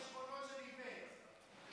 החשבונות של איווט.